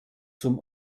zum